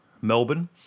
Melbourne